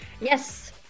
Yes